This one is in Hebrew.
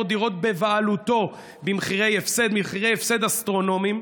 דירות בבעלותו במחירי הפסד אסטרונומי?